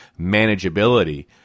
manageability